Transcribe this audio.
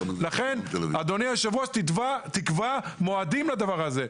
לכן, אדוני היושב-ראש, תקבע מועדים לדבר הזה.